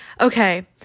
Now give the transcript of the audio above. okay